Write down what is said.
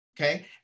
okay